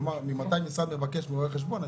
כלומר ממתי משרד מבקש מרואה חשבון.